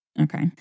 Okay